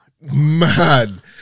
Man